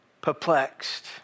perplexed